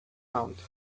counter